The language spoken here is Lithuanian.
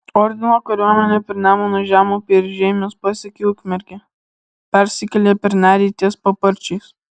ordino kariuomenė per nemuno žemupį ir žeimius pasiekė ukmergę persikėlė per nerį ties paparčiais